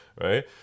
right